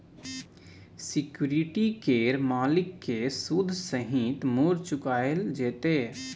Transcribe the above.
security केर मालिक केँ सुद सहित मुर चुकाएल जेतै